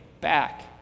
back